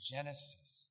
Genesis